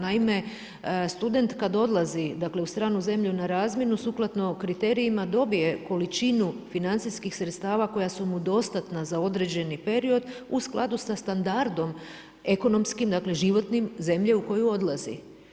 Naime, student kad odlazi, dakle u stranu zemlju na razmjenu sukladno kriterijima dobije količinu financijskih sredstava koja su mu dostatna za određeni period u skladu sa standardom ekonomskim, dakle životnim zemlje u koju odlazi.